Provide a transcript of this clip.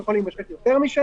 הוא יכול להימשך יותר משנה,